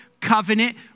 covenant